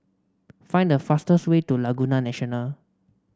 find the fastest way to Laguna National